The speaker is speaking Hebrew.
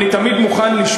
אני תמיד מוכן, תשתמש במילון.